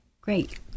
Great